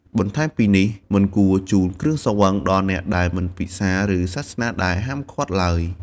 បន្ថែមពីនេះ មិនគួរជូនគ្រឿងស្រវឹងដល់អ្នកដែលមិនពិសា ឬសាសនាដែលហាមឃាត់ឡើយ។